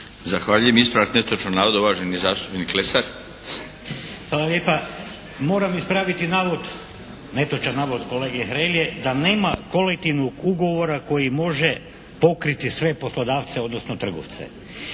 Zahvaljujem. Ispravak netočnog navoda, uvaženi zastupnik Lesar. **Lesar, Dragutin (HNS)** Hvala lijepa. Moram ispraviti navod, netočan navod kolege Hrelje, da nema kolektivnog ugovora koji može pokriti sve poslodavce odnosno trgovce.